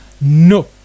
no